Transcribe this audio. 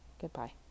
Goodbye